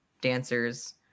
dancers